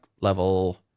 level